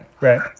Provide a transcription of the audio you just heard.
Right